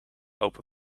open